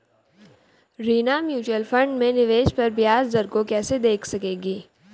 Reena mutual fund में निवेश पर ब्याज दर को कैसे देख सकेगी?